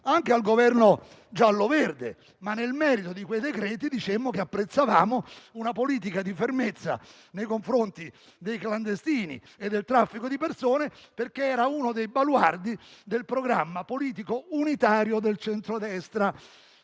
anche al Governo giallo verde, ma, nel merito di quei decreti, dicemmo che apprezzavamo una politica di fermezza nei confronti dei clandestini e del traffico di persone, perché era uno dei baluardi del programma politico unitario. Contestammo,